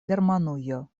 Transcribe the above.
germanujo